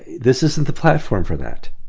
this isn't the platform for that.